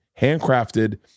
handcrafted